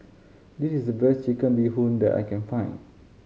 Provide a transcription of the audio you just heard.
this is the best Chicken Bee Hoon that I can find